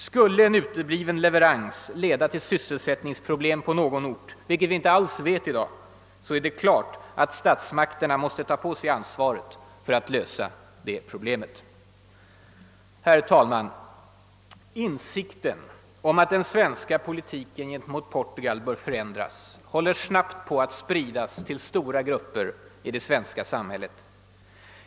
Skulle en utebliven leverans leda till sysselsättningsproblem på någon ort — vilket vi inte alls vet i dag — så är det klart att statsmakterna måste ta på sig ansvaret för att lösa det problemet. Herr talman! Insikten om att den svenska politiken gentemot Portugal bör förändras håller snabbt på att spridas till stora grupper i det svenska samhället.